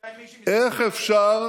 בינתיים מי שמזייף,